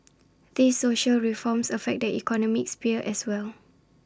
these social reforms affect the economic sphere as well